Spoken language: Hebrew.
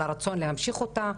על הרצון להמשיך אותה.